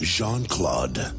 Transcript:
Jean-Claude